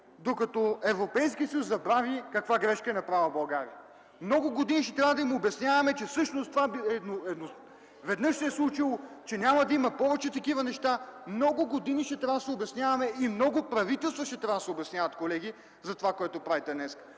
докато Европейският съюз забрави каква грешка е направила България. Много години ще трябва да им обясняваме, че всъщност това се е случило веднъж, че няма да има повече такива неща. Много години ще трябва да се обясняваме и много правителства ще трябва да се обясняват, колеги, за това, което правите днес.